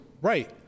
right